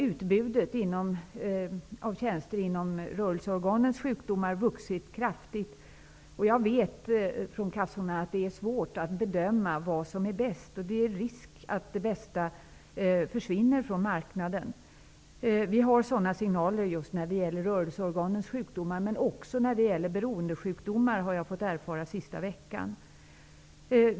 Utbudet av tjänster beträffande rörelseorganens sjukdomar har kraftigt ökat. Jag har hört från kassorna att det är svårt att bedöma vad som är bäst. Risken finns att det bästa försvinner från marknaden. Sådana signaler har kommit just när det gäller rörelseorganens sjukdomar men också när det gäller beroendesjukdomar -- det har jag erfarit under den senaste veckan.